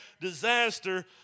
disaster